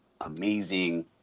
amazing